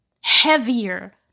heavier